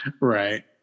Right